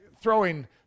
throwing